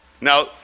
now